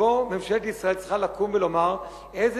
שבו ממשלת ישראל צריכה לקום ולומר איזה